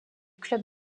club